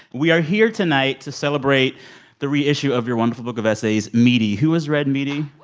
we are here tonight to celebrate the reissue of your wonderful book of essays, meaty. who has read meaty?